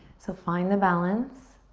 so find the balance.